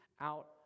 out